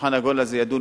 והשולחן העגול הזה ידון,